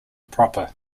proper